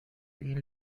این